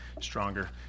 stronger